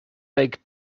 lake